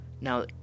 now